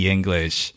English